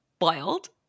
wild